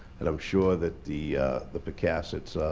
and i'm sure that the the pocassets,